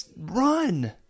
run